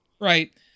Right